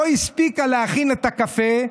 לא הספיקה להכין את הקפה,